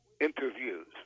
interviews